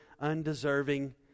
undeserving